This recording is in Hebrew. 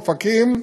אופקים,